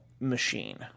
machine